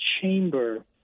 chamber